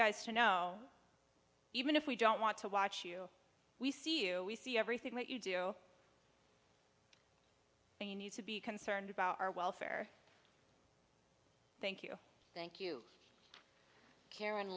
guys to know even if we don't want to watch you we see you we see everything that you do and you need to be concerned about our welfare thank you thank you karen